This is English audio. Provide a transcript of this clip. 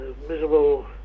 miserable